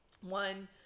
One